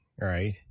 right